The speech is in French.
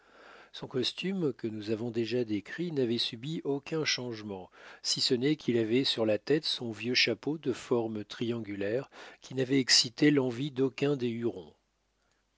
son costume que nous avons déjà décrit n'avait subi aucun changement si ce n'est qu'il avait sur la tête son vieux chapeau de forme triangulaire qui n'avait excité l'envie d'aucun des hurons